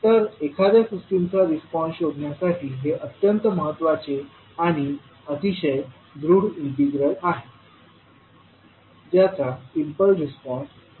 तर एखाद्या सिस्टमचा रिस्पॉन्स शोधण्यासाठी हे अत्यंत महत्वाचे आणि अतिशय दृढ इंटिग्रल आहे ज्याचा इम्पल्स रिस्पॉन्स ज्ञात आहे